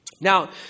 Now